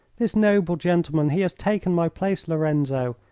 this noble gentleman he has taken my place, lorenzo!